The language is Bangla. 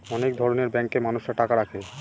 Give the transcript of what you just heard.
অনেক ধরনের ব্যাঙ্কে মানুষরা টাকা রাখে